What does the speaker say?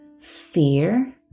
fear